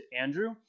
Andrew